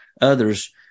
others